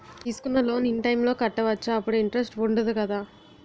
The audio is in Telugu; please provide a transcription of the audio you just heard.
తీసుకున్న లోన్ ఇన్ టైం లో కట్టవచ్చ? అప్పుడు ఇంటరెస్ట్ వుందదు కదా?